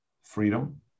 Freedom